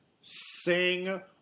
sing